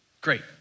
great